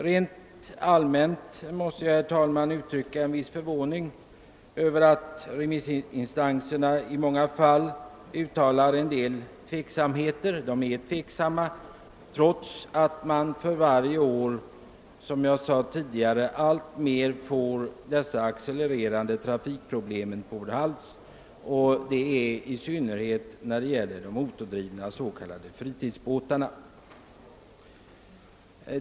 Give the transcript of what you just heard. Rent allmänt måste jag, herr talman, uttrycka en viss förvåning över att remissinstanserna i många fall är tveksamma trots att det, som sagt, för varje år blir allt större trafikproblem, i synnerhet när det gäller de motordrivna s.k. fritidsbåtarna.